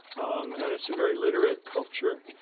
um and it's a very literate culture,